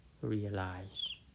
realize